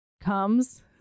comes